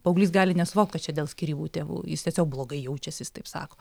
paauglys gali nesuvokt kad čia dėl skyrybų tėvų jis tiesiog blogai jaučias jis taip sako